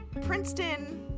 Princeton